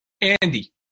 Andy